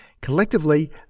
Collectively